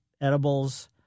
edibles